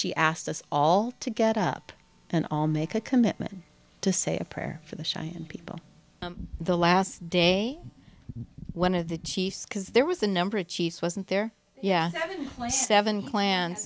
she asked us all to get up and all make a commitment to say a prayer for the shy people the last day one of the chiefs because there was a number of chiefs wasn't there yeah even